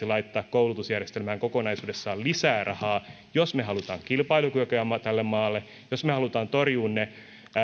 laittaa koulutusjärjestelmään kokonaisuudessaan lisää rahaa jos me haluamme kilpailukykyä tälle maalle jos me haluamme torjua että